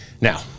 Now